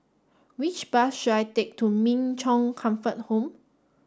which bus should I take to Min Chong Comfort Home